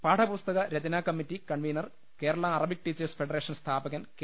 പാഠ പുസ്തക രചനാകമ്മിറ്റി convener Kerala Arabic teachers federation സ്ഥാപകൻ കെ